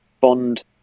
Bond